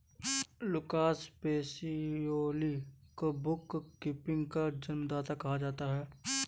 Lucas Pacioli को bookkeeping का जन्मदाता कहा जाता है